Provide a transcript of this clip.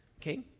Okay